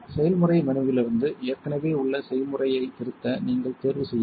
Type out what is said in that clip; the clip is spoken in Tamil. செயல்முறை மெனுவிலிருந்து ஏற்கனவே உள்ள செய்முறையைத் திருத்த நீங்கள் தேர்வு செய்ய வேண்டும்